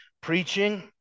preaching